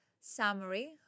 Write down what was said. summary